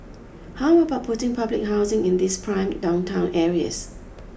how about putting public housing in these prime downtown areas